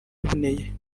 iboneye